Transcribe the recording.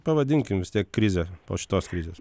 pavadinkim vis tiek krize po šitos krizės